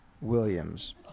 Williams